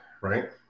right